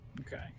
Okay